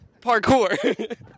Parkour